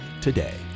today